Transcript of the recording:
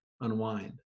unwind